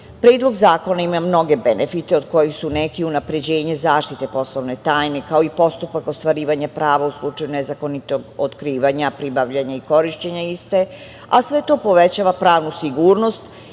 slično. Predlog zakona ima mnoge benefite od kojih su neki unapređenje zaštite poslovne tajne, kao i postupka ostvarivanja prava u slučaju nezakonitog otkrivanja, pribavljanja i korišćenja iste, a sve to povećava pravnu sigurnost